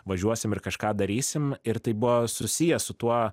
važiuosim ir kažką darysim ir tai buvo susiję su tuo